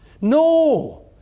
No